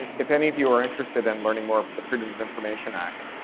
if any of you are interested in learning more with the freedom of information act,